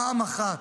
פעם אחת,